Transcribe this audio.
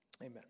amen